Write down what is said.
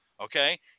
okay